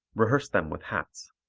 rehearse them with hats.